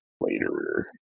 Later